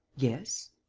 yes.